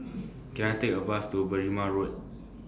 Can I Take A Bus to Berrima Road